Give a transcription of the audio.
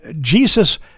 Jesus